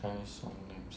chinese song names